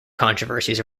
controversies